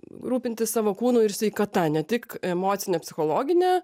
rūpintis savo kūnu ir sveikata ne tik emocine psichologine